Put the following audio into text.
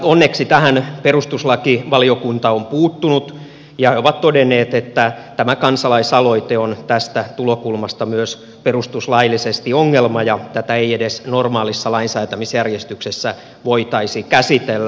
onneksi tähän perustuslakivaliokunta on puuttunut ja he ovat todenneet että tämä kansalaisaloite on tästä tulokulmasta myös perustuslaillisesti ongelma ja tätä ei edes normaalissa lainsäätämisjärjestyksessä voitaisi käsitellä